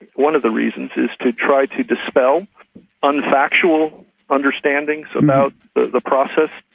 one of the reasons is to try to dispel unfactual understandings about the the process.